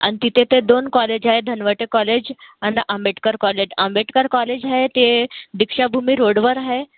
आणि तिथे ते दोन कॉलेज आहेत धनवटे कॉलेज आणि आंबेडकर कॉलेज आंबेडकर कॉलेज आहे ते दीक्षाभूमी रोडवर आहे